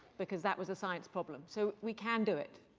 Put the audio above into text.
because that was a science problem. so we can do it.